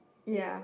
ya